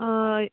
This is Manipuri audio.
ꯑꯥ